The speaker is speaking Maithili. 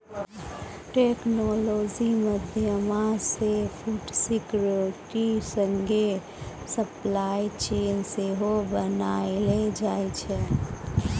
टेक्नोलॉजी माध्यमसँ फुड सिक्योरिटी संगे सप्लाई चेन सेहो बनाएल जाइ छै